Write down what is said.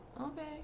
Okay